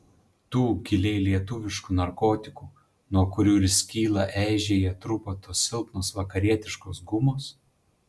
tų giliai lietuviškų narkotikų nuo kurių ir skyla eižėja trupa tos silpnos vakarietiškos gumos